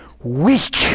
weak